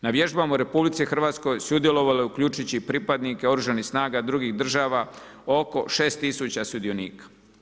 Na vježbama u RH sudjelovalo je, uključujući i pripadnike Oružanih snaga drugih država oko 6000 sudionika.